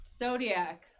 Zodiac